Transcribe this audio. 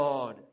God